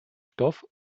stoff